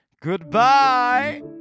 Goodbye